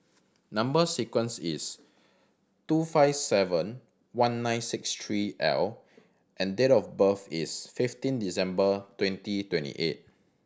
number sequence is two five seven one nine six three L and date of birth is fifteen December twenty twenty eight